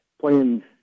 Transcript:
playing